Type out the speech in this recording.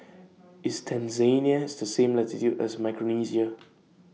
IS Tanzania The same latitude as Micronesia